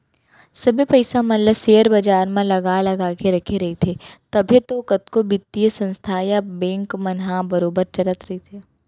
सबे पइसा मन ल सेयर बजार म लगा लगा के रखे रहिथे तभे तो कतको बित्तीय संस्था या बेंक मन ह बरोबर चलत रइथे